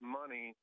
money